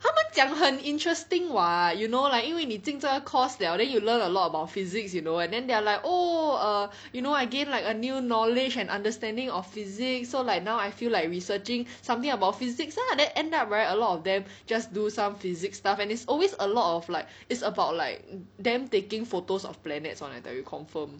他们讲很 interesting [what] you know like 因为你进这个 course liao then you learn a lot about physics you know and then they are like oh err you know I gain like a new knowledge and understanding of physics so like now I feel like researching something about physics lah then end up right a lot of them just do some physics stuff and it's always a lot of like it's about like them taking photos of planets one I tell you confirm